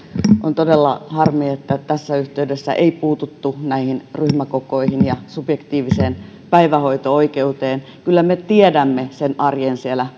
on todella harmi että tässä yhteydessä ei puututtu näihin ryhmäkokoihin ja subjektiiviseen päivähoito oikeuteen kyllä me tiedämme sen arjen siellä